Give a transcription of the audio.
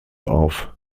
auf